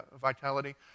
vitality